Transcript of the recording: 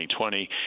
2020